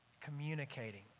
communicating